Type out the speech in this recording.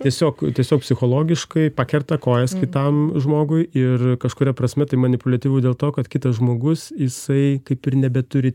tiesiog tiesiog psichologiškai pakerta kojas kitam žmogui ir kažkuria prasme tai maniliaputyvu dėl to kad kitas žmogus jisai kaip ir nebeturi